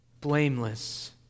blameless